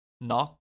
Knock